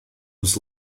was